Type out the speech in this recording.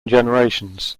generations